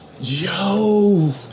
Yo